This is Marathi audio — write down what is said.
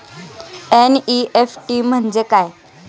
एन.इ.एफ.टी म्हणजे काय?